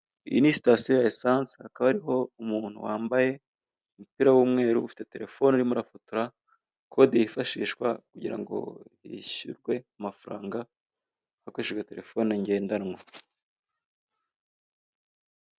Iyi ni sitasiyo ya esanse akaba hariho umuntu wambaye umupira w'umweru, ufite telefone urimo arafotora kode yifahishwa, kugira ngo yishyurwe amafaranga hakoreshejwe telefone ngendanwa.